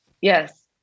yes